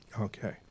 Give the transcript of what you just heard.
Okay